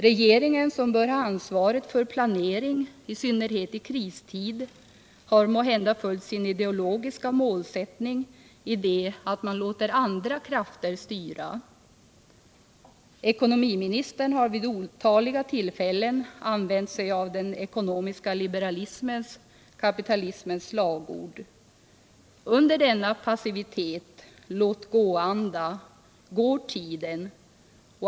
Regeringen, som har ansvaret för planering, i synnerhet i kristid, har måhända följt sin ideologiska målsättning i det att man låter andra krafter styra. Ekonomiministern har vid otaliga tillfällen använt sig av den ekonomiska liberalismens, kapitalismens, slagord. Under denna passivitet, denna låtgåanda, går tiden.